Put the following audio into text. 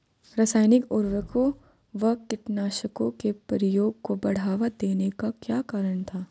रासायनिक उर्वरकों व कीटनाशकों के प्रयोग को बढ़ावा देने का क्या कारण था?